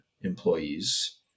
employees